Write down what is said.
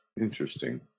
Interesting